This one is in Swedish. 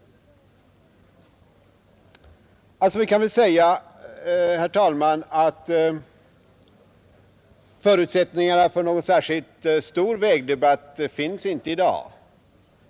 Vi kan väl säga, herr talman, att det inte i dag finns förutsättningar för någon särskilt stor vägdebatt.